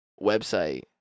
website